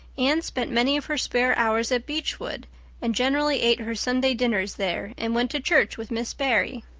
anne spent many of her spare hours at beechwood and generally ate her sunday dinners there and went to church with miss barry.